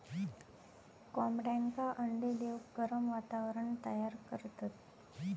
कोंबड्यांका अंडे देऊक गरम वातावरण तयार करतत